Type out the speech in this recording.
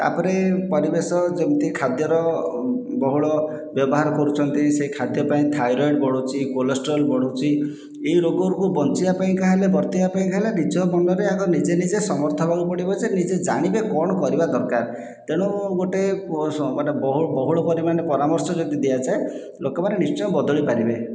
ତା'ପରେ ପରିବେଶ ଯେମିତି ଖାଦ୍ୟର ବହୁଳ ବ୍ୟବହାର କରୁଛନ୍ତି ସେ ଖାଦ୍ୟ ପାଇଁ ଥାଇରଏଡ଼ ବଢ଼ୁଛି କୋଲେଷ୍ଟ୍ରୋଲ ବଢ଼ୁଛି ଏହି ରୋଗକୁ ବଞ୍ଚିବା ପାଇଁକା ହେଲେ ବର୍ତ୍ତିବା ପାଇଁକା ହେଲେ ନିଜ ମନରେ ଆଗ ନିଜେ ନିଜେ ସମର୍ଥ ହେବାକୁ ପଡ଼ିବ ଯେ ନିଜେ ଜାଣିବେ କ'ଣ କରିବା ଦରକାର ତେଣୁ ଗୋଟିଏ ମାନେ ବହୁଳ ପରିମାଣରେ ପରାମର୍ଶ ଯଦି ଦିଆଯାଏ ଲୋକମାନେ ନିଶ୍ଚୟ ବଦଳି ପାରିବେ